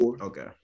Okay